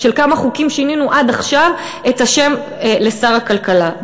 בכמה חוקים שינינו עד עכשיו את השם לשר הכלכלה.